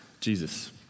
Jesus